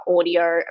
audio